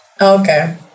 okay